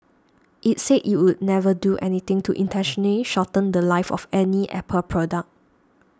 it said it would never do anything to intentionally shorten the Life of any Apple product